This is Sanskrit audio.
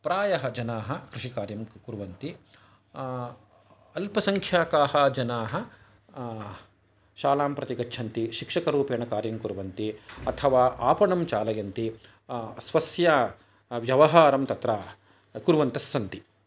प्रायः जनाः कृषिकार्यं कुर्वन्ति अल्पसङ्ख्याकाः जनाः शालां प्रति गच्छन्ति शिक्षकरूपेण कार्यं कुर्वन्ति अथवा आपणं चालयन्ति स्वस्य व्यवहारं तत्र कुर्वन्तः सन्ति